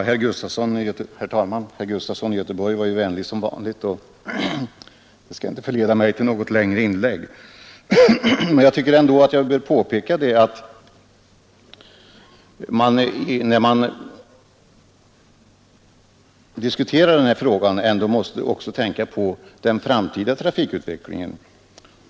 Herr talman! Herr Gustafson i Göteborg var vänlig som vanligt och föranleder mig inte att göra något längre inlägg, men jag tycker ändå att jag bör påpeka att när man diskuterar den här frågan så måste man också tänka på den framtida trafikutvecklingen.